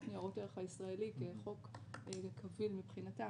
ניירות ערך הישראלי כחוק קביל מבחינתם,